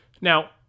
Now